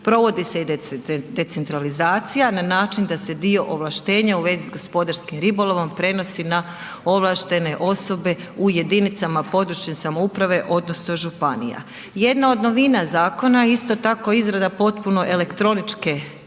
Provodi se i decentralizacija na način da se dio ovlaštenja u vezi s gospodarskim ribolovom prenosi na ovlaštene osobe u jedinicama područne samouprave odnosno županija. Jedna od novina zakona je isto tako izrada potpuno elektroničke baze